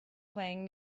playing